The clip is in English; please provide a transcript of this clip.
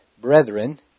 brethren